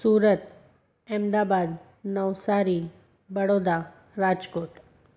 Surat Ahmedabad Navsari Vadodara Rajkot